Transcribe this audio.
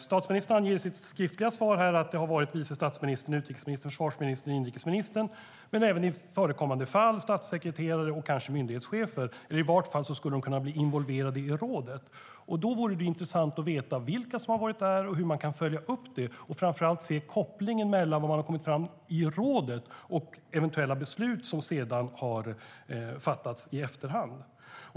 Statsministern anger i sitt svar här att det har varit vice statsministern, utrikesministern, försvarsministern och inrikesministern men även i förekommande fall statssekreterare och kanske myndighetschefer, eller i vart fall skulle de kunna bli involverade i rådet. Då vore det intressant att få veta vilka som har varit där, hur man kan följa upp det och framför allt se kopplingen mellan vad man har kommit fram till i rådet och eventuella beslut som sedan har fattats i efterhand.